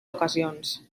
ocasions